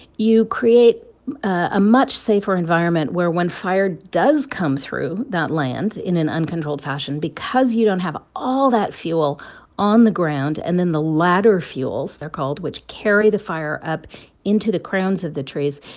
you create a much safer environment where, when fire does come through that land in an uncontrolled fashion because you don't have all that fuel on the ground and then the ladder fuels, they're called, which carry the fire up into the crowns of the trees,